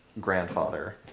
grandfather